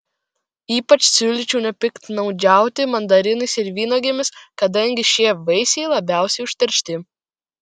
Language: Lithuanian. ypač siūlyčiau nepiktnaudžiauti mandarinais ir vynuogėmis kadangi šie vaisiai labiausiai užteršti